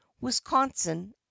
wisconsin